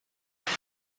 iki